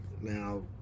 Now